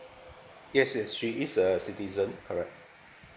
yes yes she is a citizen correct